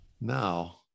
Now